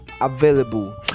available